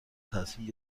تصمیم